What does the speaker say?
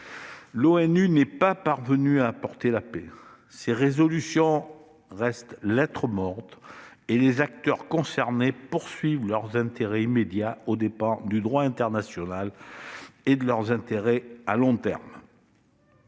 L'ONU n'est pas parvenue à apporter la paix. Ses résolutions restent lettre morte, et les acteurs concernés privilégient leurs intérêts immédiats aux dépens du droit international et de leurs intérêts à long terme.